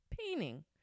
painting